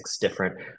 different